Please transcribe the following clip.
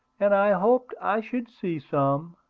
and i hoped i should see some,